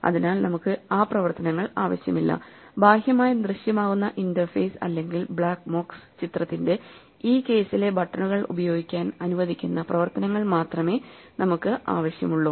അതിനാൽ നമുക്ക് ആ പ്രവർത്തനങ്ങൾ ആവശ്യമില്ല ബാഹ്യമായി ദൃശ്യമാകുന്ന ഇന്റർഫേസ് അല്ലെങ്കിൽ ബ്ലാക്ക് ബോക്സ് ചിത്രത്തിന്റെ ഈ കേസിലെ ബട്ടണുകൾ ഉപയോഗിക്കാൻ അനുവദിക്കുന്ന പ്രവർത്തനങ്ങൾ മാത്രമേ നമുക്ക് ആവശ്യമുള്ളൂ